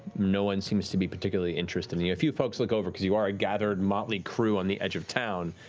no one seems to be particularly interested. and a few folks look over because you are a gathered motley crew on the edge of town,